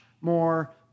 more